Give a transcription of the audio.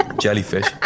jellyfish